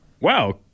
Wow